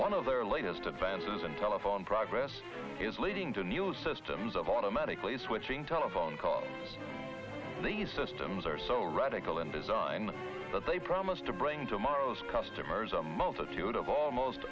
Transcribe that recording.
one of their latest advances in telephone progress is leading to new systems of automatically switching telephone calls these systems are so radical in design that they promise to bring tomorrow's customers a multitude of almost